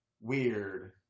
weird